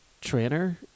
trainer